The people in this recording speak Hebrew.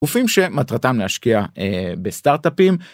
גופים שמטרתם להשקיע בסטארטאפים.